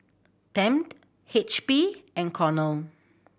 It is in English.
Tempt H P and Cornell